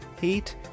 heat